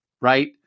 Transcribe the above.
right